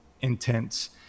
intense